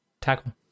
Tackle